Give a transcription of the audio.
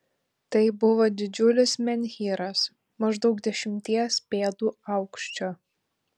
tai buvo didžiulis menhyras maždaug dešimties pėdų aukščio